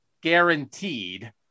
guaranteed